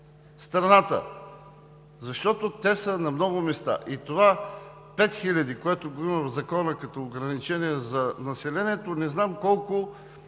страната, защото те са на много места. Тези 5000, което го има в закона като ограничение за населението, не знам колко